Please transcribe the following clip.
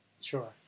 Sure